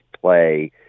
play